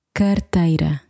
carteira